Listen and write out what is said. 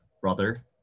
brother